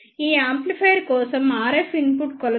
ఈ యాంప్లిఫైయర్ కోసం RF input కొలత కోసం 21